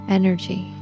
energy